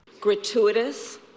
Gratuitous